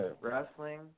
Wrestling